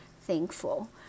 thankful